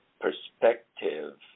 perspective